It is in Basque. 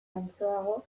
mantsoago